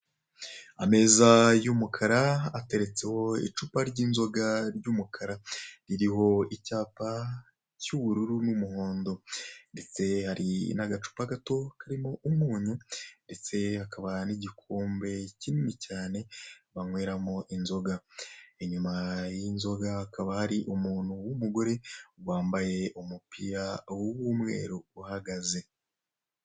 Ameza y'umukara ateretseho icupa ry'inzoga ry'umukara ririho icyapa cy'ubururu n'umuhondo ndetse hari n'agacupa gato karimo umunyu ndetse hakaba n'igikombe kinini cyane banyweramo inzoga, inyuma y'inzoga hakaba hari umuntu w'umugore wambaye umupira w'umweru uhagaze.